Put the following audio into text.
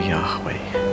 Yahweh